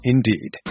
Indeed